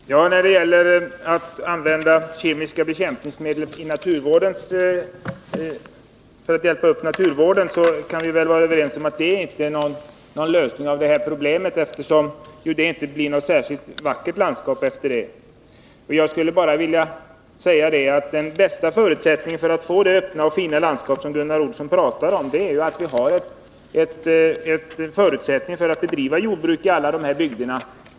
Herr talman! När det gäller användning av kemiska bekämpningsmedel 26 november 1980 för att hjälpa upp naturvården kan vi väl vara överens om att det inte är någon lösning av detta problem, eftersom det inte blir något särskilt vackert landskap efter användningen av sådana medel. Jag skulle bara vilja säga att den bästa förutsättningen för att få det öppna och fina landskap som Gunnar Olsson talar om är att det finns möjligheter att bedriva jordbruk i alla dessa bygder.